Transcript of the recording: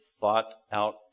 thought-out